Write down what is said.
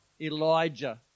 Elijah